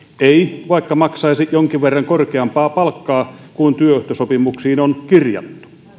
ei vaikka maksaisi jonkin verran korkeampaa palkkaa kuin työehtosopimuksiin on kirjattu